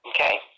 Okay